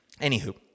anywho